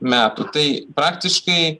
metų tai praktiškai